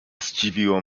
zdziwiło